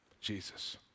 Jesus